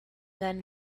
then